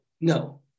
no